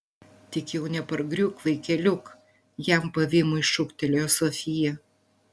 tik jau nepargriūk vaikeliuk jam pavymui šūktelėjo sofija